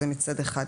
זה מצד אחד.